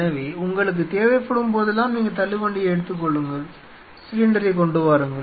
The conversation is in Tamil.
எனவே உங்களுக்குத் தேவைப்படும் போதெல்லாம் நீங்கள் தள்ளுவண்டியை எடுத்துக் கொள்ளுங்கள் சிலிண்டரைக் கொண்டு வாருங்கள்